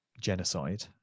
genocide